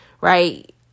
right